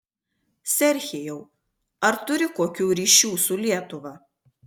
serhijau ar turi kokių ryšių su lietuva